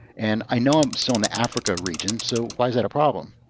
and i know i'm still in the africa region. so why is that a problem?